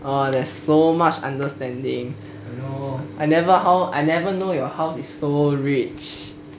oh there's so much understanding I never how I never know your house is so rich